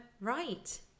Right